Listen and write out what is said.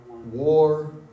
War